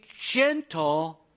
gentle